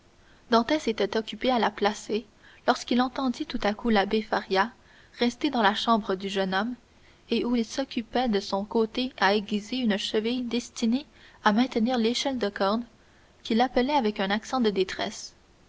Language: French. dantès était occupé à la placer lorsqu'il entendit tout à coup l'abbé faria resté dans la chambre du jeune homme où il s'occupait de son côté à aiguiser une cheville destinée à maintenir l'échelle de corde qui l'appelait avec un accent de détresse